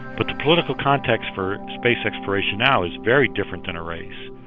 but the political context for space exploration now is very different than a race.